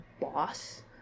boss